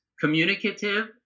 communicative